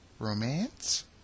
Romance